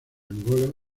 angola